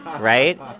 right